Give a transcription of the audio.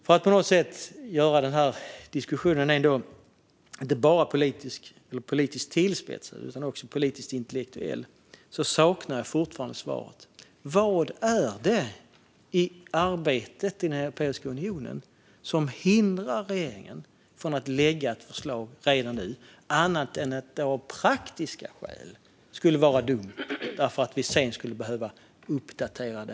För att göra den här diskussionen inte bara politiskt tillspetsad utan också politiskt intellektuell vill jag säga att jag fortfarande saknar svar på vad det är i arbetet i Europeiska unionen som hindrar regeringen att redan nu lägga fram ett förslag, annat än att det av praktiska skäl skulle vara dumt eftersom det sedan skulle behöva uppdateras.